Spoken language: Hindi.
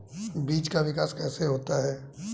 बीज का विकास कैसे होता है?